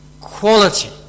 quality